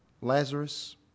Lazarus